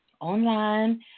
online